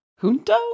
Junto